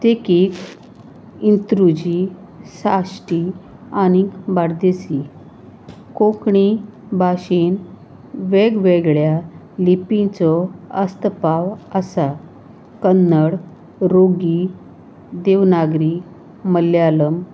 देखीक अंत्रुजी साश्टी आनीक बार्देसी कोंकणी भाशेन वेगवेगळ्या लिपीचो आसपाव आसा कन्नड रोमा देवनागरी मल्याळम